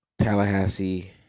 Tallahassee